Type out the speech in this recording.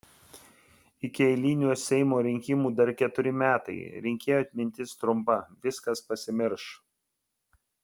iki eilinių seimo rinkimų dar keturi metai rinkėjų atmintis trumpa viskas pasimirš